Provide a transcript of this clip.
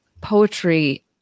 poetry